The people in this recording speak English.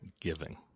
giving